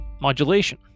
Modulation